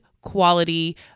quality